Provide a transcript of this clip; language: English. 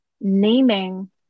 naming